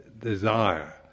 desire